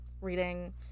Reading